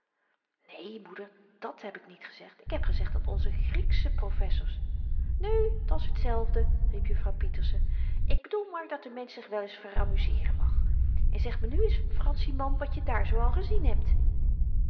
né moeder dàt heb ik niet gezegd ik heb gezegd dat onze grieksche professers nu dat's hetzelfde riep juffrouw pieterse ik bedoel maar dat n mensch zich wel eens veramuseeren mag en zeg me nu eens fransiman wat je daar zoo al gezien hebt